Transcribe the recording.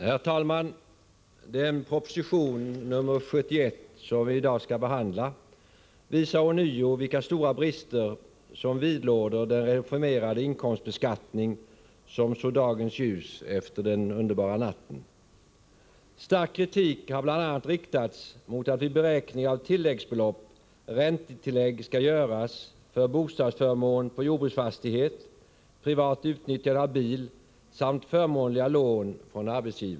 Herr talman! Den proposition, nr 71, som vi i dag skall behandla visar ånyo vilka stora brister som vidlåder den reformerade inkomstbeskattning som såg dagens ljus efter ”den underbara natten”. Stark kritik har bl.a. riktats mot att vid beräkning av tilläggsbelopp räntetillägg skall göras för bostadsförmån på jordbruksfastighet, privat utnyttjande av bil samt förmånliga lån från arbetsgivare.